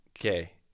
okay